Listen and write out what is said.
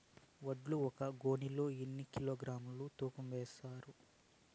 వడ్లు ఒక గోనె లో ఎన్ని కిలోగ్రామ్స్ తూకం వేస్తారు?